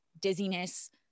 dizziness